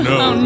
no